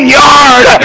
yard